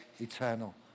eternal